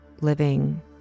living